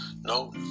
No